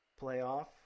playoff